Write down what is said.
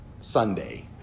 Sunday